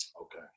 Okay